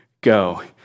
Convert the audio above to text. Go